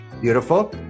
Beautiful